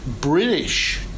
British